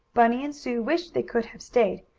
bunny and sue wished they could have stayed,